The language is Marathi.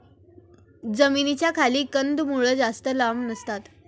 जमिनीच्या खाली कंदमुळं जास्त लांब नसतात